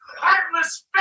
Heartless